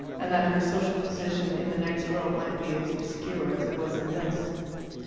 and that her social position in the next world might be as obscure as it was in this.